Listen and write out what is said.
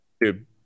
Dude